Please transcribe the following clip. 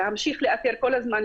להמשיך לאתר כל הזמן,